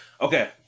Okay